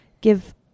give